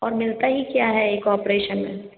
और मिलता ही क्या है एक ऑपरेशन में